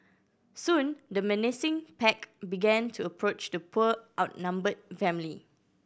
soon the menacing pack began to approach the poor outnumbered family